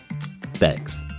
Thanks